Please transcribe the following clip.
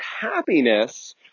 happiness